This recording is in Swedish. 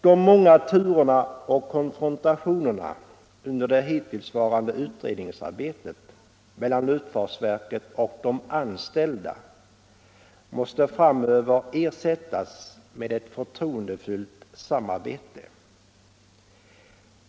De många turerna och konfrontationerna under det hittillsvarande utredningsarbetet mellan luftfartsverket och de anställda måste framöver ersättas med ett förtroendefullt samarbete.